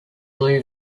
blue